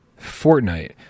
Fortnite